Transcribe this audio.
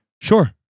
Sure